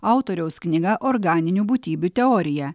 autoriaus knyga organinių būtybių teorija